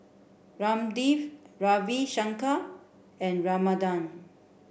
Ramdev Ravi Shankar and Ramanand